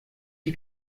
die